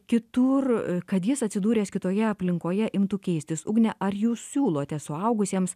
kitur kad jis atsidūręs kitoje aplinkoje imtų keistis ugne ar jūs siūlote suaugusiems